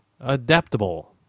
Adaptable